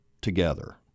together